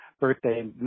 birthday